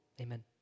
Amen